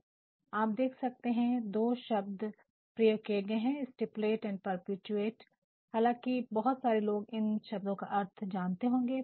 " आप देख सकते हैं दो शब्द प्रयोग किए गए हैं 'स्टीपुलटेस' और 'परपेचुएट' हालांकि बहुत सारे लोग इन शब्दों का अर्थ शायद जानते होंगे